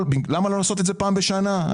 למה לא לדווח פעם בשנה?